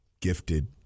gifted